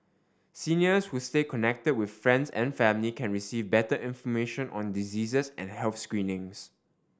seniors who stay connected with friends and family can receive better information on diseases and health screenings